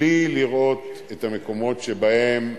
בלא מעט מהמקרים,